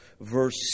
verse